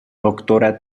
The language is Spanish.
doctora